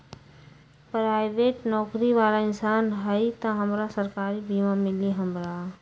Private नौकरी बाला इंसान हई त हमरा सरकारी बीमा मिली हमरा?